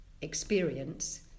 experience